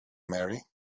marry